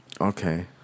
Okay